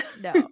No